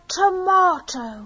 tomato